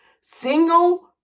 single